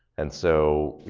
and so,